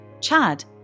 Chad